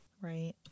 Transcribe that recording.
Right